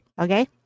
okay